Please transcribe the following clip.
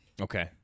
Okay